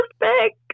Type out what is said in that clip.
perfect